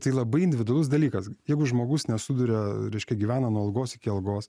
tai labai individualus dalykas jeigu žmogus nesusiduria reiškia gyvena nuo algos iki algos